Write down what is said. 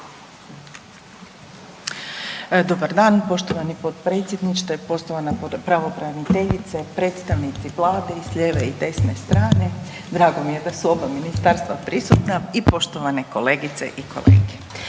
Dobar dan, poštovani potpredsjedniče, poštovana pravobraniteljice, predstavnici Vlade i s lijeve i desne strane, drago mi je da su oba ministarstva prisutna i poštovane kolegice i kolege,